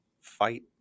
fight